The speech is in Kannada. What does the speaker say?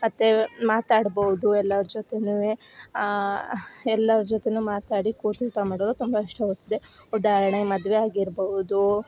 ಮತ್ತು ಮಾತಾಡ್ಬೌದು ಎಲ್ಲಾರ ಜೊತೆನು ಎಲ್ಲಾರ ಜೊತೆ ಮಾತಾಡಿ ಕೂತು ಊಟ ಮಾಡಲು ತುಂಬ ಇಷ್ಟವಾಗುತ್ತದೆ ಉದಾಹರ್ಣೆ ಮದುವೆ ಆಗಿರ್ಬೌದು